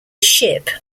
ship